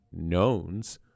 knowns